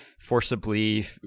forcibly